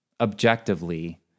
objectively